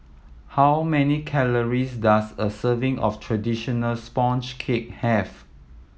how many calories does a serving of traditional sponge cake have